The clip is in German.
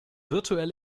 virtuell